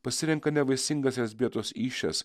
pasirenka nevaisingas elzbietos įsčias